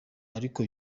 ariko